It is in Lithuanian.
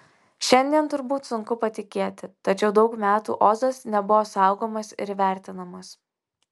šiandien turbūt sunku patikėti tačiau daug metų ozas nebuvo saugomas ir vertinamas